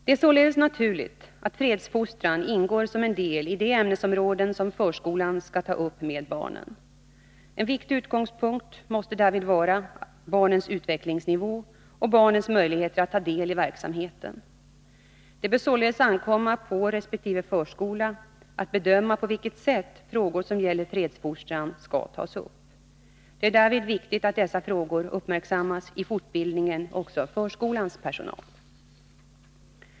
Det är således naturligt att fredsfostran ingår som en del i de ämnesområden som förskolan skall ta upp med barnen. En viktig utgångspunkt måste därvid vara barnens utvecklingsnivå och barnens möjligheter att ta del i verksamheten. Det bör således ankomma på resp. förskola att bedöma på vilket sätt frågor som gäller fredsfostran skall tas upp. Det är därvid viktigt att dessa frågor uppmärksammas i fortbildningen också av förskolans personal.